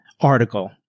article